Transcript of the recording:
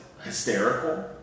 hysterical